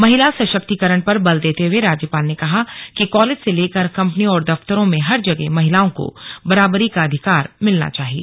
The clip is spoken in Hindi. महिला सशक्तिकरण पर बल देते हुए राज्यपाल ने कहा कि कॉलेज से लेकर कंपनियों और दफ्तरों में हर जगह महिलाओं को बराबरी का अधिकार मिलना चाहिए